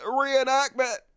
reenactment